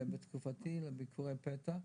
בתקופתי, שערכתי ביקורי פתע.